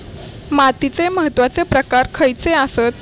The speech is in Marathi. मातीचे महत्वाचे प्रकार खयचे आसत?